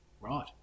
Right